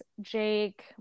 Jake